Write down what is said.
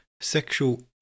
Sexual